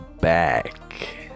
back